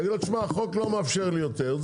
יגיד לו תשמע החוק לא מאפשר לי יותר.